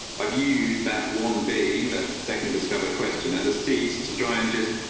i've used that one. be that second discover question as a seastead ryan just.